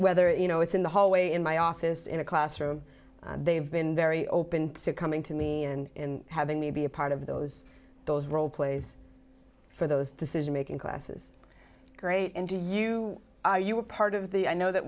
whether you know it's in the hallway in my office in a classroom they've been very open to coming to me and in having me be a part of those those role plays for those decision making classes great and to you you were part of the i know that